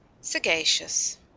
Sagacious